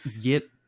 get